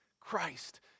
Christ